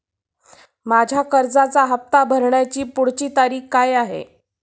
माझ्या कर्जाचा हफ्ता भरण्याची पुढची तारीख काय आहे?